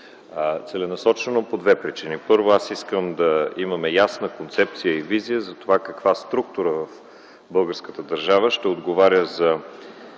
целенасочено по две причини. Първо, искам да имаме ясна концепция и визия за това каква структура в българската държава ще отговаря за